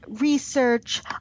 research